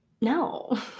no